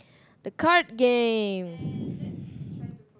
the card game